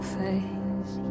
face